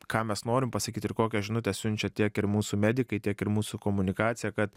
ką mes norim pasakyt ir kokią žinutę siunčia tiek ir mūsų medikai tiek ir mūsų komunikacija kad